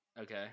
Okay